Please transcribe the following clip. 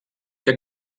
que